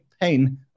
pain